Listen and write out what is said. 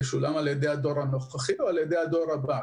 הדור הבא?